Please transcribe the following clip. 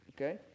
Okay